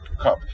cup